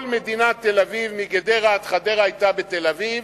כל מדינת תל-אביב, מגדרה עד חדרה, היתה בתל-אביב.